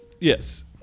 Yes